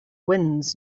winds